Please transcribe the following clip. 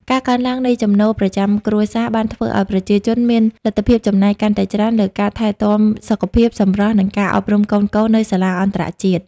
ការកើនឡើងនៃចំណូលប្រចាំគ្រួសារ បានធ្វើឱ្យប្រជាជនមានលទ្ធភាពចំណាយកាន់តែច្រើនលើការថែទាំសុខភាព សម្រស់ និងការអប់រំកូនៗនៅសាលាអន្តរជាតិ។